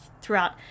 throughout